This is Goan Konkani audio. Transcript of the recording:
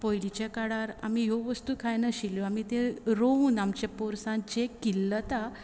पयलींच्या काळार आमी ह्यो वस्तू खाय नाशिल्ल्यो आमी त्यो रोवन आमच्या पोरसांत जे किल्लता